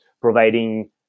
providing